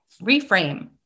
reframe